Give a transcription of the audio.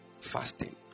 fasting